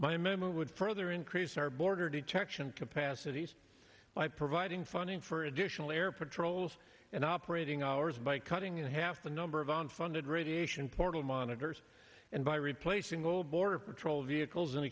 memo would further increase our border detection capacities by providing funding for additional air patrols and operating hours by cutting in half the number of unfunded radiation portal monitors and by replacing all border patrol vehicles and